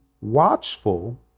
Watchful